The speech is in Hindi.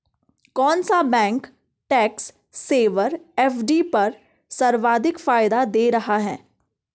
कौन सा बैंक टैक्स सेवर एफ.डी पर सर्वाधिक फायदा दे रहा है?